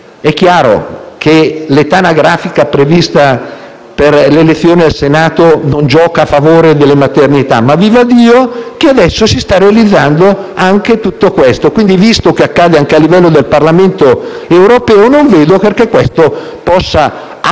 È chiaro che l'età anagrafica prevista per l'elezione al Senato non gioca a favore delle maternità, ma - vivaddio - adesso si sta realizzando anche tutto questo. Visto che accade anche a livello del Parlamento europeo, non vedo perché questo non possa accadere,